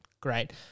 Great